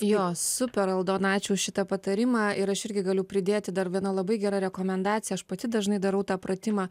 jo super ačiū aldina už šitą patarimą ir aš irgi galiu pridėti dar viena labai gera rekomendacija aš pati dažnai darau tą pratimą